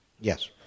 Yes